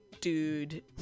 dude